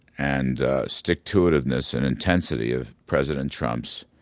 and stick-to-itiveness and intensity of president trump's